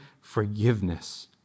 forgiveness